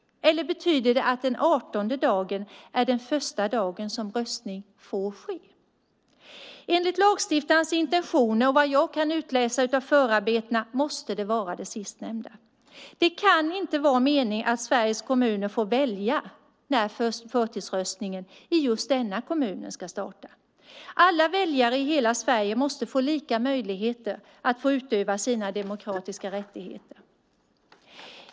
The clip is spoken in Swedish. Eller betyder det att den 18:e dagen är den första dag då röstning får ske? Enligt lagstiftarens intentioner och vad jag kan utläsa av förarbetena måste det vara det sistnämnda. Det kan inte vara meningen att Sveriges kommuner får välja när förtidsröstningen i den egna kommunen ska starta. Alla väljare i hela Sverige måste få lika möjligheter att utöva sina demokratiska rättigheter.